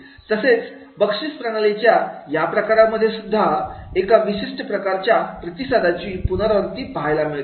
तसेच बक्षीस प्रणालीच्या या प्रकारा मध्येसुद्धा एका विशिष्ट प्रकारच्या प्रतिसादांची पुनरावृत्ती पाहायला मिळते